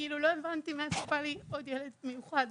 וכאילו לא הבנתי מאיפה בא לי עוד ילד מיוחד,